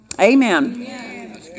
Amen